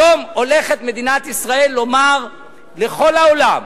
היום הולכת מדינת ישראל לומר לכל העולם: